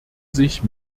sich